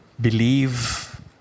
believe